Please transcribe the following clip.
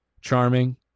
charming